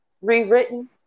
rewritten